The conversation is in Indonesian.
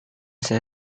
saya